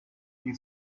die